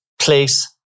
place